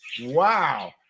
wow